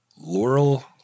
Laurel